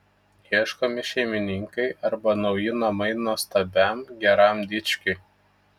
ieškomi šeimininkai arba nauji namai nuostabiam geram dičkiui